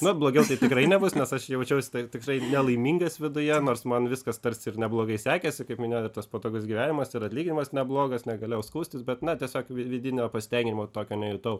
na blogiau tai tikrai nebus nes aš jaučiausi tai tikrai nelaimingas viduje nors man viskas tarsi ir neblogai sekėsi kaip minėjau tas patogus gyvenimas ir atlyginimas neblogas negalėjau skųstis bet na tiesiog vi vidinio pasitenkinimo tokio nejutau